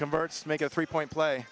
converts make a three point play